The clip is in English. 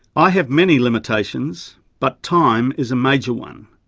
i have many limitations but time is a major one.